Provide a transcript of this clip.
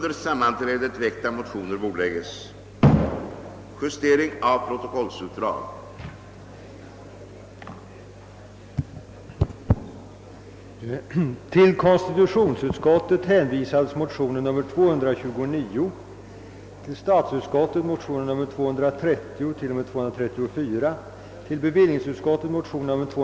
Med anledning av det anförda hemställer jag om kammarens tillstånd att till statsrådet och chefen för jordbruksdepartementet få ställa följande frågor: 1. Ämnar statsrådet medverka till att länsstyrelserna i berörda län erhåller resurser för ökad hjälp till nödutfodring och transport av renar till gynnsammare betesområden? 2.